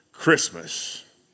Christmas